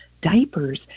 Diapers